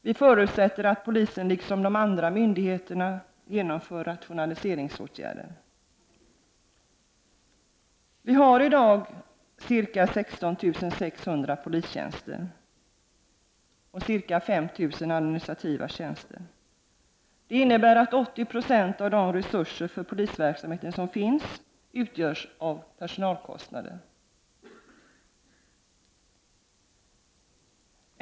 Vi förutsätter att polisen, liksom andra myndigheter, genomför rationaliseringsåtgärder. Vi har i dag ca 16 600 polistjänster och ca 5 000 administrativa tjänster. Det innebär att ca 80 26 av resurserna för polisverksamheten utgörs av personalkostnader.